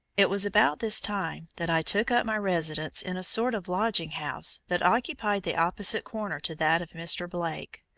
it was about this time that i took up my residence in a sort of lodging-house that occupied the opposite corner to that of mr. blake.